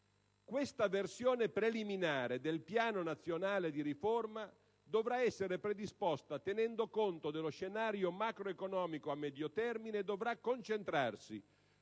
Questa versione preliminare del piano nazionale di riforma dovrà essere predisposta tenendo conto dello scenario macroeconomico a medio termine e dovrà concentrarsi,